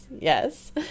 yes